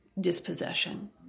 dispossession